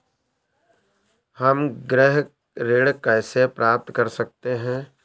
हम गृह ऋण कैसे प्राप्त कर सकते हैं?